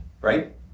right